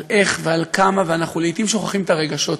על איך ועל כמה, ואנחנו לעתים שוכחים את הרגשות.